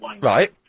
Right